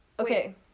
Okay